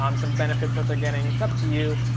um some benefits that they're getting, it's up to you.